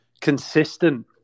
Consistent